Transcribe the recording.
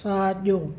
साॼो